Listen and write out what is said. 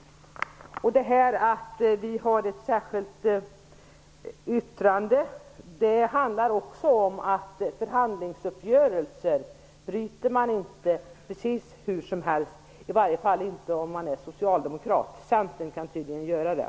Anledningen till att vi har ett särskilt yttrande är att vi menar att man inte bryter mot förhandlingsuppgörelser hur som helst. I varje fall gör man inte det om man är socialdemokrat. Centern kan tydligen göra det.